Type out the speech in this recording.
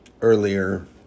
earlier